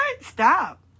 Stop